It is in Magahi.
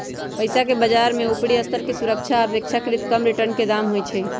पइसाके बजार में उपरि स्तर के सुरक्षा आऽ अपेक्षाकृत कम रिटर्न के दाम होइ छइ